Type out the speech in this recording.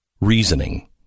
reasoning